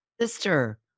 sister